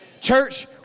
Church